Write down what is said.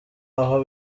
aho